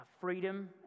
freedom